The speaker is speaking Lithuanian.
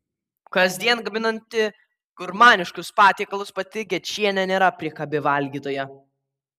kasdien gaminanti gurmaniškus patiekalus pati gečienė nėra priekabi valgytoja